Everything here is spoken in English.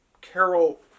Carol